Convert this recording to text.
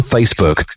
Facebook